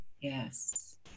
Yes